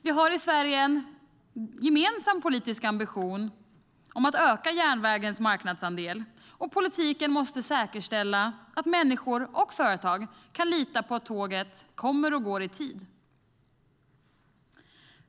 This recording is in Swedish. Vi har i Sverige en gemensam politisk ambition om att öka järnvägens marknadsandel, och politiken måste säkerställa att människor och företag kan lita på att tåget kommer och går i tid.